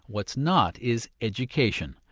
what's not is education.